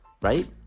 right